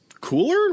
Cooler